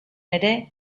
ere